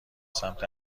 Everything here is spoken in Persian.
سمت